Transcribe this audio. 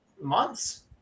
months